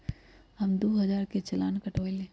हम दु हजार के चालान कटवयली